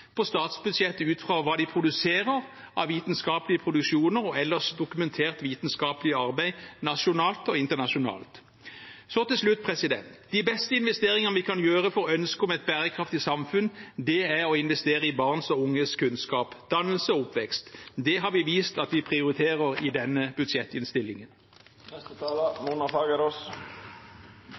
på statsbudsjettet ut fra hva de produserer av vitenskapelige produksjoner og ellers dokumentert vitenskapelig arbeid, nasjonalt og internasjonalt. Til slutt: De beste investeringene vi kan gjøre for ønsket om et bærekraftig samfunn, er å investere i barn og unges kunnskap, dannelse og oppvekst. Det har vi vist at vi prioriterer i denne